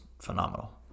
phenomenal